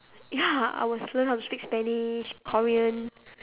ya I will learn how to speak spanish korean